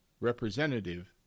representative